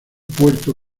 puerto